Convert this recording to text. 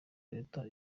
leta